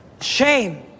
Shame